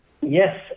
Yes